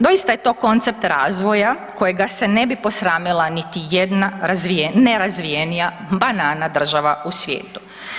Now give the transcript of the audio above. Doista je to koncept razvoja kojega se ne bi posramila niti jedna .../nerazumljivo/... nerazvijenija banana država u svijetu.